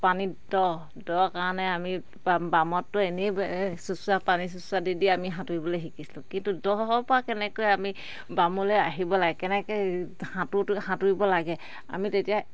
পানীত দ দ কাৰণে আমি বামতটো এনেই চোঁচৰা পানী চোঁচৰা দি দি আমি সাঁতুৰিবলে শিকিছিলোঁ কিন্তু দ পৰা কেনেকৈ আমি বামলে আহিব লাগে কেনেকে সাঁতোৰ সাঁতুৰিব লাগে আমি তেতিয়া